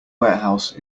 warehouse